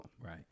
right